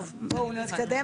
טוב, בואו נתקדמה.